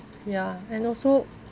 ya and also